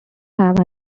have